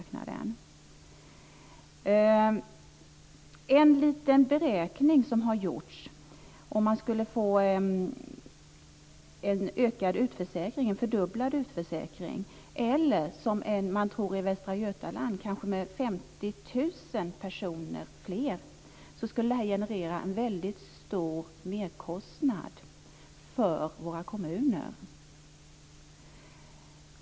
Det har gjorts en liten beräkning av hur det skulle bli om man skulle få en fördubblad utförsäkring eller, som man tror i Västra Götaland, kanske 50 000 personer fler. Det skulle generera en väldigt stor merkostnad för våra kommuner.